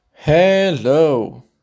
Hello